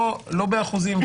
לא באחוזים.